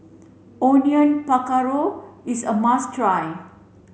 Onion Pakora is a must try